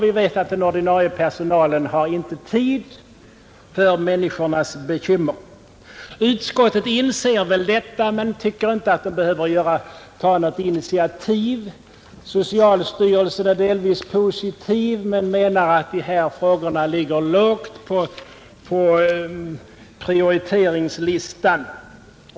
Vi vet att den ordinarie personalen väl har tid för människors krämpor men inte har tid för människornas bekymmer. Också utskottet inser väl detta men tycker inte att det behöver ta något initiativ. Socialstyrelsen är delvis positiv men menar att en översyn av de här frågorna ligger lågt på prioriteringslistan.